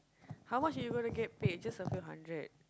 how much are you gonna get paid just a few hundred